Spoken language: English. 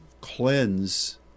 cleanse